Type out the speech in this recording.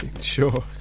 Sure